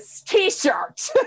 t-shirt